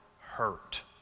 hurt